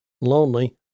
lonely